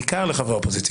בעיקר לחברי האופוזיציה.